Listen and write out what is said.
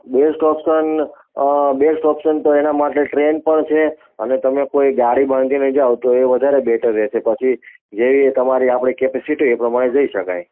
best option best option તો એના માટે ટ્રેન પણ છે અને તમે કોઈ ગાડી બાંધીને જાઓ તો એ વધારે બેટર રહેશે પછી જેવી એ તમારી આપણે કેપેસિટી એ પ્રમાણે જઈ શકાય